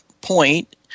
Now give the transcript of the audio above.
point